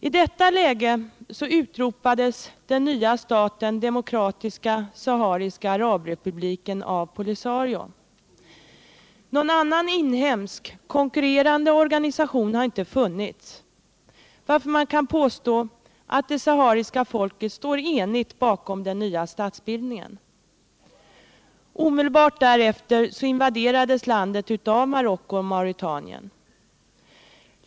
I detta läge utropades den nya staten Demokratiska sahariska arabrepubliken av POLISARIO. Någon annan inhemsk konkurrerande organisation har inte funnits varför man kan påstå att det sahariska folket står enigt bakom den nya statsbildningen. Omedelbart därefter invaderades landet av Marocko och Mauretanien.